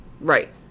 Right